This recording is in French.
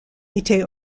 était